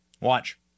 Watch